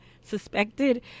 suspected